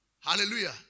Hallelujah